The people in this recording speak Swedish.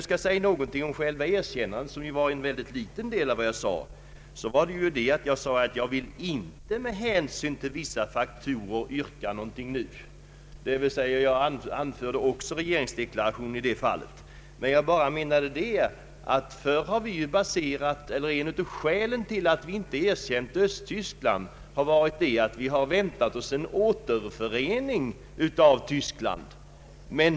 Jag nämnde att jag med hänsyn till vissa faktorer inte nu vill yrka på erkännande av Östtyskland eller Nordkorea. Jag hänvisade också till regeringsdeklarationen i det avseendet. Ett av skälen till att vi inte har erkänt Östtyskland är att vi väntat oss en återförening av den tyska nationen.